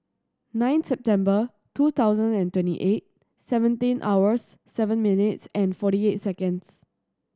nine September two thousand and twenty eight seventeen hours seven minutes and forty eight seconds